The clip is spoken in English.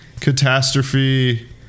Catastrophe